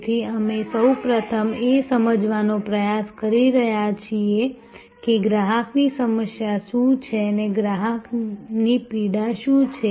તેથી અમે સૌપ્રથમ એ સમજવાનો પ્રયાસ કરી રહ્યા છીએ કે ગ્રાહકની સમસ્યા શું છે ગ્રાહકની પીડા શું છે